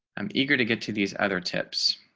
i'm eager to get to these other tips.